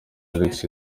alex